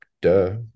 duh